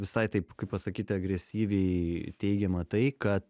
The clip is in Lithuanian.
visai taip kaip pasakyti agresyviai teigiama tai kad